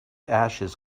ashes